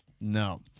No